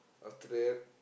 after that